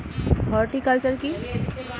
Horticulture কি?